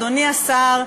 אדוני השר,